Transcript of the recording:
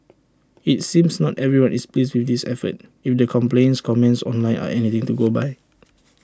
IT seems not everyone is pleased with this effort if the complaints comments online are anything to go by